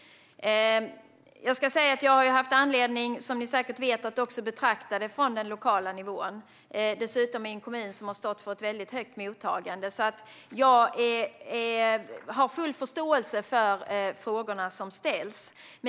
Som ni säkert vet har jag haft anledning att betrakta det från den lokala nivån, och dessutom i en kommun som stått för ett väldigt högt mottagande. Jag har full förståelse för frågorna som ställs.